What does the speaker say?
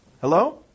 Hello